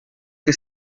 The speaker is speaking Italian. che